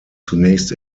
zunächst